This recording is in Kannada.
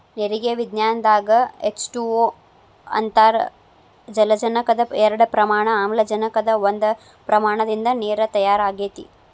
ನೇರಿಗೆ ವಿಜ್ಞಾನದಾಗ ಎಚ್ ಟಯ ಓ ಅಂತಾರ ಜಲಜನಕದ ಎರಡ ಪ್ರಮಾಣ ಆಮ್ಲಜನಕದ ಒಂದ ಪ್ರಮಾಣದಿಂದ ನೇರ ತಯಾರ ಆಗೆತಿ